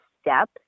step